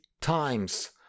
times